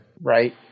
Right